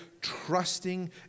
trusting